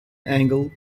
angle